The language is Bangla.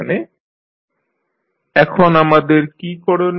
এখন আমাদের কী করণীয়